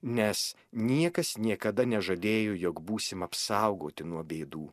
nes niekas niekada nežadėjo jog būsim apsaugoti nuo bėdų